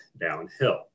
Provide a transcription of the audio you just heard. downhill